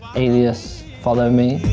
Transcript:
aly-us, follow me